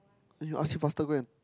then you ask him faster go and